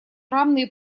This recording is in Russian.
равные